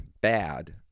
bad